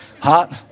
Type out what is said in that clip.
hot